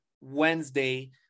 Wednesday